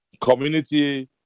community